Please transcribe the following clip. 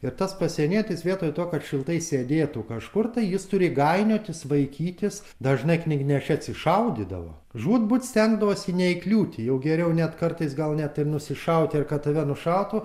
ir tas pasienietis vietoj to kad šiltai sėdėtų kažkur tai jis turi gainiotis vaikytis dažnai knygnešiai atsišaudydavo žūtbūt stengdavosi neįkliūti jau geriau net kartais gal net ir nusišauti ir kad tave nušautų